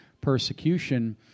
persecution